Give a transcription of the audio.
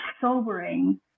sobering